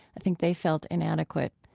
i think they felt inadequate.